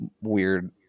weird